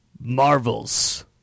Marvel's